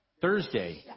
Thursday